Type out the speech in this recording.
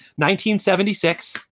1976